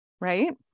Right